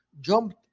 jumped